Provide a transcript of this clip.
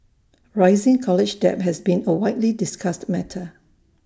rising college debt has been A widely discussed matter